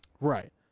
Right